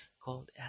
called